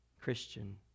Christian